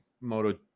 moto